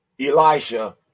Elisha